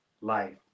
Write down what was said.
life